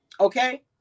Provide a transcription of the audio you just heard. Okay